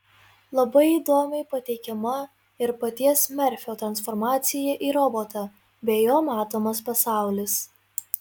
labai įdomiai pateikiama ir paties merfio transformacija į robotą bei jo matomas pasaulis